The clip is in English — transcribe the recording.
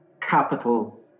capital